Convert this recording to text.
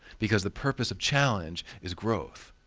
because the purpose of challenge is growth.